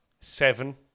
seven